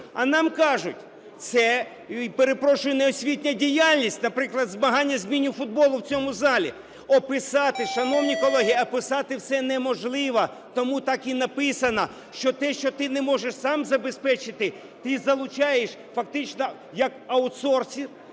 А нам кажуть: це, перепрошую, не освітня діяльність, наприклад, змагання з міні-футболу в цьому залі. Описати, шановні колеги, описати все неможливо, тому так і написано, що те, що ти не можеш сам забезпечити, ти залучаєш фактично як аутсорсинг,